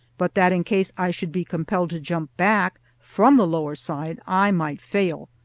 but that in case i should be compelled to jump back from the lower side i might fail.